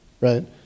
right